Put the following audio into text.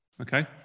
Okay